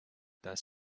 does